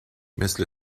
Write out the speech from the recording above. مثل